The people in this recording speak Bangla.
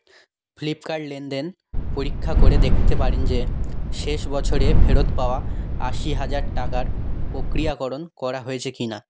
ফ্লিপকার্ট লেনদেন পরীক্ষা করে দেখতে পারেন যে শেষ বছরে ফেরত পাওয়া আশি হাজার টাকার প্রক্রিয়াকরণ করা হয়েছে কি না